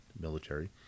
military